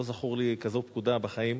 לא זכורה לי כזאת פקודה בחיים.